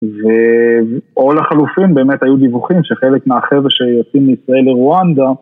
או לחילופין, באמת היו דיווחים שחלק מהחבר'ה שיוצאים מישראל לרואנדה